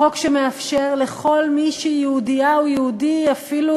חוק שמאפשר לכל מי שיהודייה או יהודי, אפילו